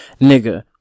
nigga